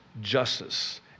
justice